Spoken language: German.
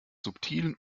subtilen